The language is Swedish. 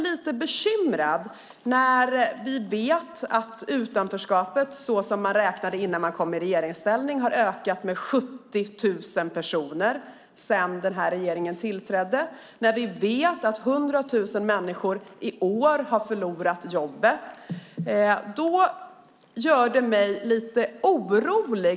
Vi vet att utanförskapet, såsom man räknade innan man kom i regeringsställning, har ökat med 70 000 personer sedan regeringen tillträdde, och vi vet att 100 000 människor i år har förlorat sina jobb.